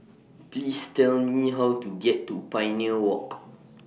Please Tell Me How to get to Pioneer Walk